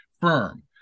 firm